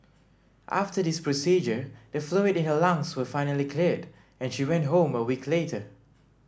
after this procedure the fluid in her lungs was finally cleared and she went home a week later